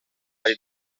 ari